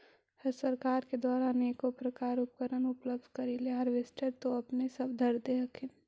सरकार के द्वारा अनेको प्रकार उपकरण उपलब्ध करिले हारबेसटर तो अपने सब धरदे हखिन?